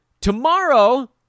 Tomorrow